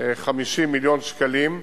מיליון שקלים,